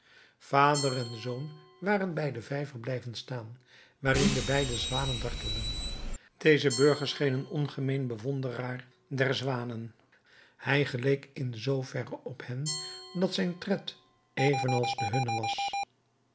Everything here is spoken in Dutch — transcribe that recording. vader en zoon waren bij den vijver blijven staan waarin de beide zwanen dartelden deze burger scheen een ongemeen bewonderaar der zwanen hij geleek in zooverre op hen dat zijn tred evenals de hunne was